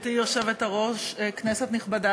גברתי היושבת-ראש, כנסת נכבדה.